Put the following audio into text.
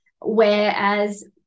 Whereas